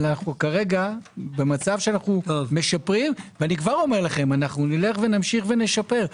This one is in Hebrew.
אבל כרגע אנו משפרים ואנו נמשיך ונשפר.